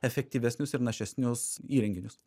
efektyvesnius ir našesnius įrenginius